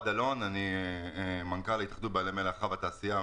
אני מנכ"ל התאחדות בעלי המלאה והתעשייה.